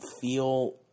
feel